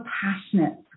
passionate